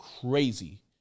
crazy